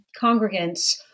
congregants